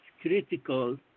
critical